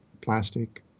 plastic